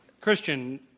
Christian